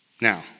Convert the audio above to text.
Now